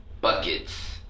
Buckets